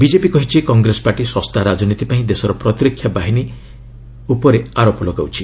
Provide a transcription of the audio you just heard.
BJP କହିଛି କଗେସ party ଶସ୍ତା ରାଜନୀତି ପାଇଁ ଦେଶର ପ୍ରତିରକ୍ଷା ବାହିନୀ ଓ ଉପରେ ଆରୋପ ଲଗାଉଛି